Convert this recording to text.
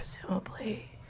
Presumably